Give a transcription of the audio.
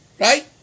Right